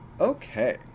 okay